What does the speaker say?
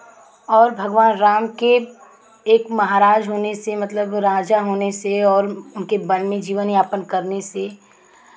और भगवान राम के एक महाराज होने से मतलब राजा होने से और उनके वन में जीवनयापन करने से